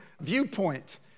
viewpoint